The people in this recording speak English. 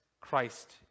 Christ